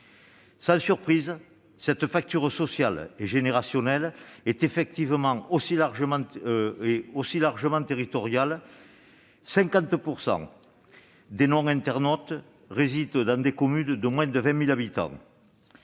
Sans surprise, cette fracture sociale et générationnelle est aussi, dans une large mesure, territoriale. En effet, 50 % des non-internautes résident dans des communes de moins de 20 000 habitants.